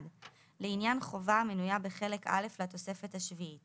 לעניין חובה המנויה בחלק א' לתוספת השביעית